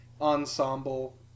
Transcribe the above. ensemble